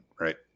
right